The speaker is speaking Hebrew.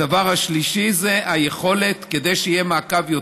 הדבר השלישי הוא היכולת, כדי שיהיה יותר מעקב,